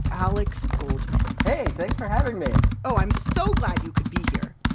alex goldman hey! thanks for having me! oh, i'm so glad you could be here!